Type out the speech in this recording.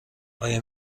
آیا